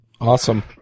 Awesome